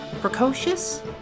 Precocious